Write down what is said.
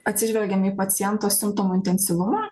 atsižvelgiam į paciento simptomų intensyvumą